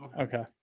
okay